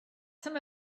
some